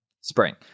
Spring